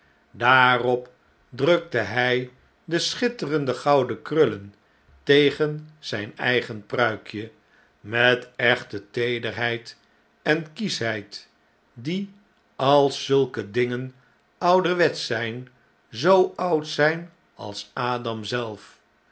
daarop drukte hij de schitterende gouden krullen tegen zjjn eigen pruikje metechte teederheid en kieschheid die als zulke dingen ouderwetsch zjjn zoo oud zgn als adam zelf